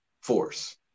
force